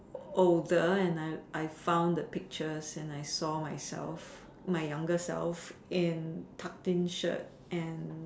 older and I I found the pictures I saw myself my younger self in tucked shirt and